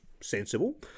Sensible